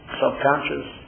subconscious